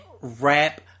rap